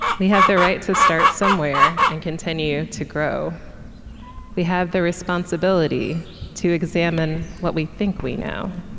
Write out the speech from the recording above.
we have the right to start somewhere and continue to grow we have the responsibility to examine what we think we know